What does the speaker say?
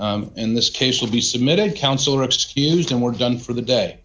days in this case will be submitted counselor excused and we're done for the day